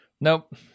Nope